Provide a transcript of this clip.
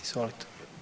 Izvolite.